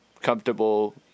comfortable